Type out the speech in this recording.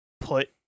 put